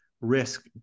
risk